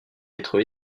être